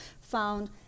found